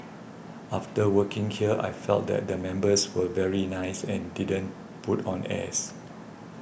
after working here I felt that the members were very nice and didn't put on airs